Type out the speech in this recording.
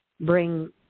bring